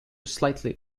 slightly